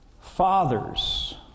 Fathers